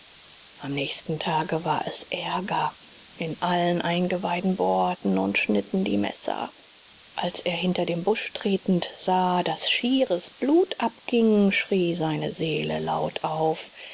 am nächsten tage war es ärger in allen eingeweiden bohrten und schnitten die messer als er hinter den busch tretend sah daß schieres blut abging schrie seine seele laut auf